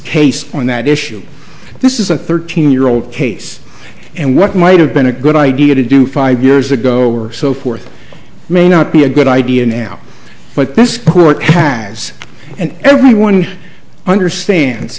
case on that issue this is a thirteen year old case and what might have been a good idea to do five years ago or so forth may not be a good idea now but this court has and everyone understands